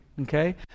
Okay